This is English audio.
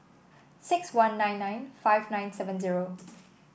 six one nine nine five nine seven zero